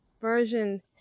version